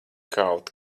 kaut